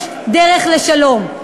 יש דרך לשלום,